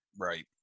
Right